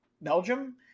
Belgium